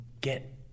get